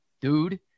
dude